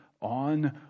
on